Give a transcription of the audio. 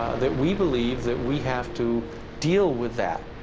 ah that we believe, that we have to deal with that,